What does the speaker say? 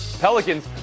Pelicans